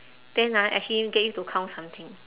then ah actually get you to count something